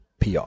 PR